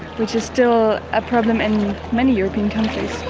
which is still a problem in many european countries.